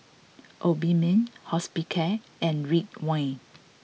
Obimin Hospicare and Ridwind